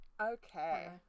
Okay